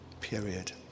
period